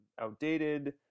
outdated